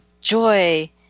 joy